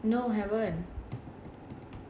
no haven't